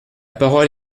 parole